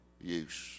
use